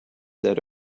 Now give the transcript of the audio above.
that